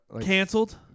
Canceled